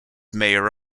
mayor